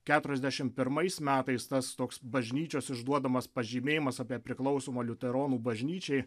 keturiasdešim pirmais metais tas toks bažnyčios išduodamas pažymėjimas apie priklausomą liuteronų bažnyčiai